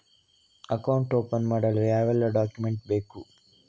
Account open ಮಾಡಲು ಯಾವೆಲ್ಲ document ಬೇಕು?